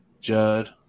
Judd